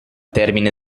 termine